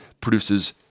produces